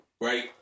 right